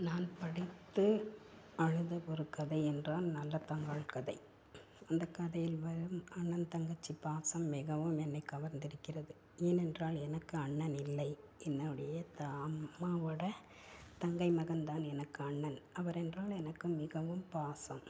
நான் படித்து அழுத ஒரு கதை என்றால் நல்லதங்காள் கதை அந்த கதையில் வரும் அண்ணன் தங்கச்சி பாசம் மிகவும் என்னை கவர்ந்திருக்கிறது ஏனென்றால் எனக்கு அண்ணன் இல்லை என்னுடைய தா அம்மாவோடய தங்கை மகன் தான் எனக்கு அண்ணன் அவர் என்றால் எனக்கு மிகவும் பாசம்